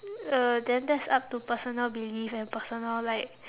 uh then that's up to personal belief and personal like